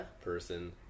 person